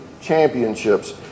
championships